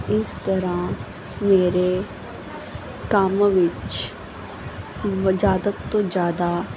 ਇਹ ਤਰ੍ਹਾਂ ਮੇਰੇ ਕੰਮ ਵਿੱਚ ਵ ਜ਼ਿਆਦਾ ਤੋਂ ਜ਼ਿਆਦਾ